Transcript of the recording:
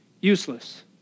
Useless